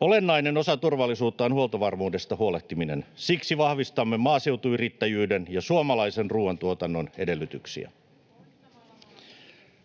Olennainen osa turvallisuutta on huoltovarmuudesta huolehtiminen. Siksi vahvistamme maaseutuyrittäjyyden ja suomalaisen ruoantuotannon edellytyksiä.